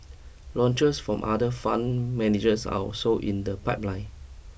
launches from other fund managers are also in the pipeline